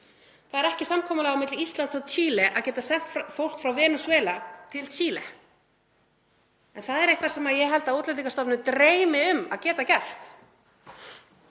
Það er ekki samkomulag á milli Íslands og Chile um að geta sent fólk frá Venesúela til Chile. En það er eitthvað sem ég held að Útlendingastofnun dreymi um að geta gert.